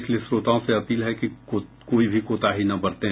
इसलिए श्रोताओं से अपील है कि कोई भी कोताही न बरतें